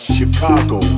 Chicago